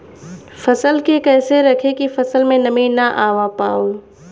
फसल के कैसे रखे की फसल में नमी ना आवा पाव?